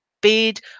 bid